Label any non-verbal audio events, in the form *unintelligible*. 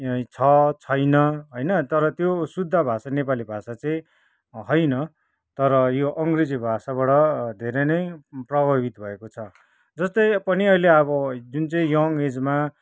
*unintelligible* छ छैन होइन तर त्यो शुद्ध भाषा नेपाली भाषा चाहिँ होइन तर यो अङ्ग्रेजी भाषाबाट धेरै नै प्राभावित भएको छ जस्तै पनि अहिले अब जुन चाहिँ यङ एजमा